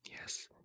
Yes